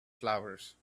flowers